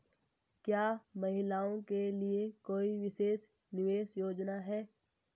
क्या महिलाओं के लिए कोई विशेष निवेश योजना है?